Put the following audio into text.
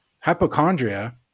hypochondria